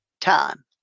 time